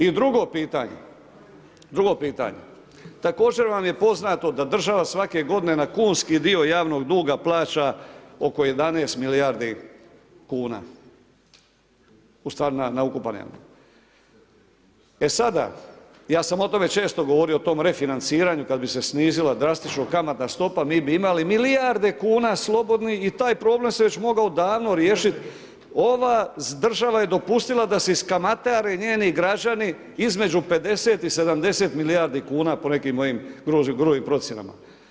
I drugo pitanje, drugo pitanje, također vam je poznato da država svake godine na kunski dio javnog duga plaća oko 11 milijardi kuna, ustvari na ukupan … E sada, ja sam o tome često govorio o tom refinanciranju kada bi se snizila drastično kamatna stopa mi bi imali milijarde kuna slobodnih i taj problem se već mogao davno riješiti, ova država je dopustila da se iskamatare njeni građani između 50 i 70 milijardi kuna po nekim mojim gro procjenama.